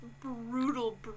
brutal